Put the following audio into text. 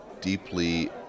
deeply